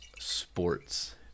sports